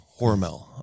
hormel